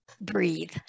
breathe